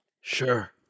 Sure